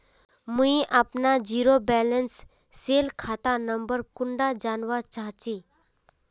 मुई अपना zero balance सेल खाता नंबर कुंडा जानवा चाहची?